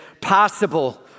possible